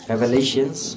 Revelations